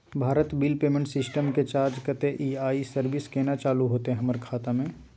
Bharat bill payment system के charge कत्ते इ आ इ सर्विस केना चालू होतै हमर खाता म?